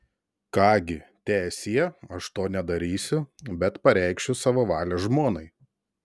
ką gi teesie aš to nedarysiu bet pareikšiu savo valią žmonai